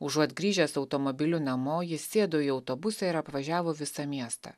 užuot grįžęs automobiliu namo jis sėdo į autobusą ir apvažiavo visą miestą